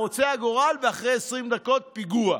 רוצה הגורל, ואחרי 20 דקות, פיגוע.